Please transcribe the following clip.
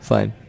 Fine